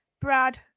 Brad